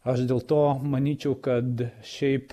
aš dėl to manyčiau kad šiaip